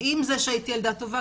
ועם זה שהייתי ילדה טובה,